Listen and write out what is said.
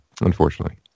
unfortunately